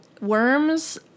Worms